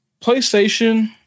PlayStation